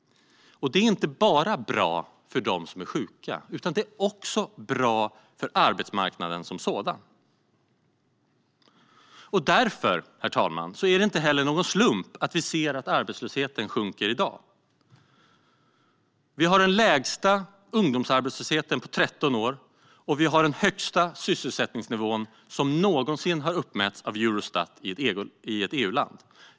Det är inte bara bra för dem som är sjuka, utan det är också bra för arbetsmarknaden som sådan. Därför, herr talman, är det inte heller någon slump att vi ser att arbetslösheten sjunker i dag. Vi har den lägsta ungdomsarbetslösheten på 13 år, och vi har den högsta sysselsättningsnivån som någonsin har uppmätts av Eurostat i ett EU-land.